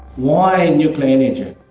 why nuclear energy?